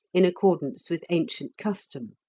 in accordance with ancient custom.